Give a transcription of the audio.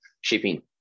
shipping